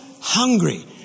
hungry